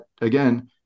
again